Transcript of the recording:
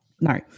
no